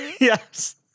Yes